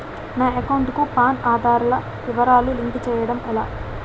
నా అకౌంట్ కు పాన్, ఆధార్ వివరాలు లింక్ చేయటం ఎలా?